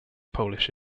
polish